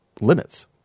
limits